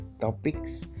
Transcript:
topics